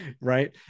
right